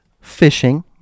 fishing